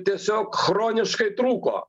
tiesiog chroniškai trūko